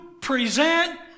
present